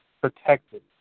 protected